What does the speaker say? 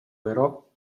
però